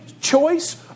choice